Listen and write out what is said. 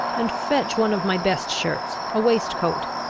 and fetch one of my best shirts, a waistcoat,